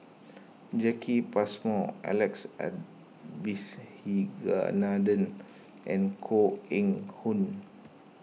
Jacki Passmore Alex Abisheganaden and Koh Eng Hoon